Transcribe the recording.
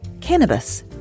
cannabis